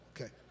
Okay